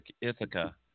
Ithaca